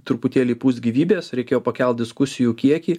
truputėlį įpūst gyvybės reikėjo pakelt diskusijų kiekį